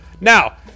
Now